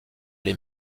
les